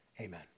Amen